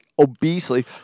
obesely